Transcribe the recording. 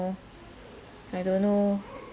know I don't know